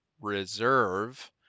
reserve